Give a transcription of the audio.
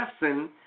lesson